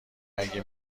اگه